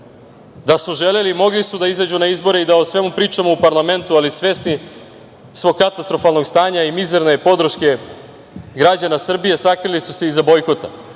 Da su želeli, mogli su da izađu na izbore i da o svemu pričamo u parlamentu, ali svesni svog katastrofalnog stanja i mizerne podrške građana Srbije, sakrili su se iza bojkota